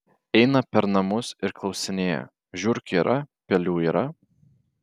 eina per namus ir klausinėja žiurkių yra pelių yra